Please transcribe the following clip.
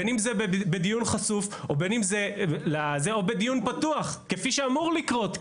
בין אם זה בדיון חסוי או בדיון פתוח כפי שאמור לקרות,